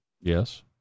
Yes